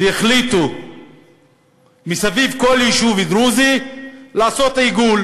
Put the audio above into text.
והחליטו לעשות סביב כל יישוב דרוזי עיגול,